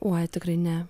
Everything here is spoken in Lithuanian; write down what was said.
oi tikrai ne